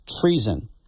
treason